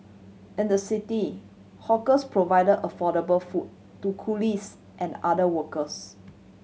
in the city hawkers provided affordable food to coolies and other workers